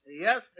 Yes